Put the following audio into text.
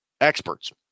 experts